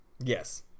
Yes